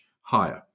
higher